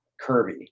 Kirby